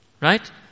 Right